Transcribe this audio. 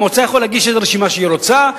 המועצה יכולה להגיש איזו רשימה שהיא רוצה,